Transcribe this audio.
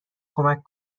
کمک